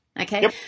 okay